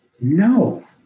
No